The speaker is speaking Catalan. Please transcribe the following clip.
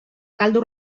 caldo